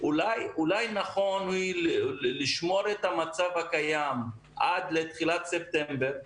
אולי נכון לשמור את המצב הקיים עד לתחילת ספטמבר,